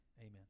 amen